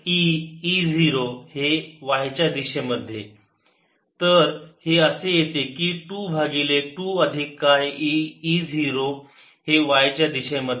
E E0 P20E0 e2eE0y 22eE0y D1e0E 2 1e2e0E0y तर हे असे येते की 2 भागिले 2 अधिक काय e E 0 हे y च्या दिशेमध्ये